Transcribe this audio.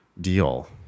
deal